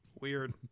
Weird